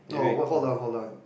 no hold on hold on